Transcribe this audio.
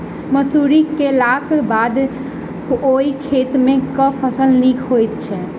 मसूरी केलाक बाद ओई खेत मे केँ फसल नीक होइत छै?